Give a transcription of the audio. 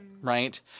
right